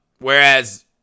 Whereas